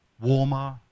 warmer